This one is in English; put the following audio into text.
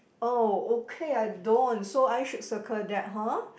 oh okay I don't so I should circle that hor